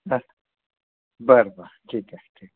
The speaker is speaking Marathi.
हां बर बर ठीक आहे ठीक आहे ठीक